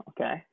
okay